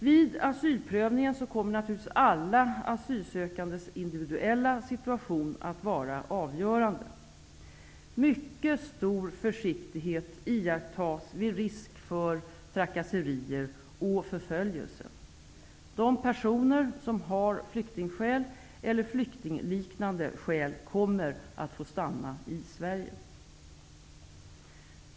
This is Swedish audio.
Vid asylprövningen kommer naturligtvis alla asylsökandes individuella situation att vara avgörande. Mycket stor försiktighet iakttas vid risk för trakasserier och förföljelse. De personer som har flyktingskäl eller flyktingliknande skäl kommer att få stanna i Sverige.